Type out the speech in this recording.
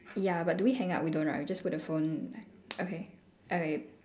ya but do we hang up we don't right we just put the phone okay okay